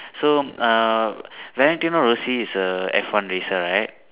so uh Valentino Rossi is a F one racer right